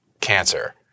cancer